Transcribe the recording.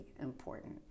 important